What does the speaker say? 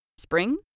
Spring